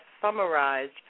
summarized